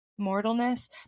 mortalness